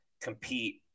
compete